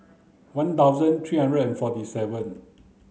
one thousand three hundred and forty seven